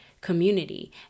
community